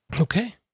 okay